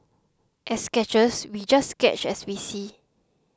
as sketchers we just sketch as we see